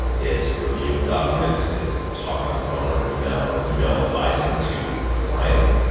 it's review of documents. it's talking on the phone or email or email advising to clients.